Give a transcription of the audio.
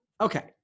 okay